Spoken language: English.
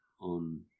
on